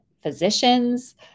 physicians